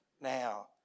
now